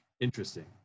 Interesting